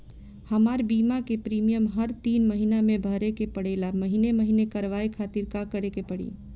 हमार बीमा के प्रीमियम हर तीन महिना में भरे के पड़ेला महीने महीने करवाए खातिर का करे के पड़ी?